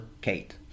Kate